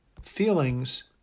feelings